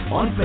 on